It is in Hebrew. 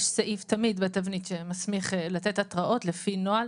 יש סעיף תמיד בתבנית שמסמיך לתת התראות לפי נוהל.